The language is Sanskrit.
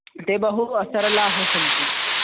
ते बहु असरलाः सन्ति